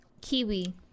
Kiwi